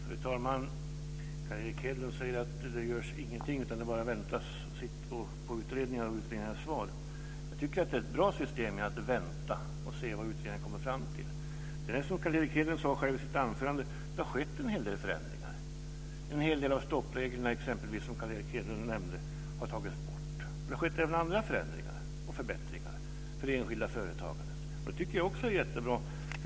Fru talman! Carl Erik Hedlund säger att det inte görs någonting utan att man bara väntar på svaret från utredningar. Jag tycker att det är ett bra system att vänta och se vad utredningar kommer fram till. Som Carl Erik Hedlund själv sade i sitt anförande har det skett en hel del förändringar. Många av stoppreglerna, som Carl Erik Hedlund nämnde, har tagits bort. Det har även skett andra förändringar och förbättringar för det enskilda företagandet. Det tycker jag också är jättebra.